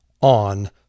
on